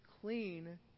clean